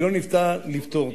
ואי-אפשר לפתור אותו.